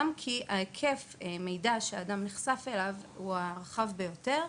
גם כי היקף המידע אליו נחשף האדם, הוא רחב ביותר.